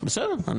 בבקשה, זאב